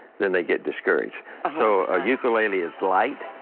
then they get discouraged so a ukulele is light.